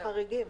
זה בחריגים.